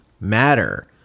matter